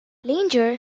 langer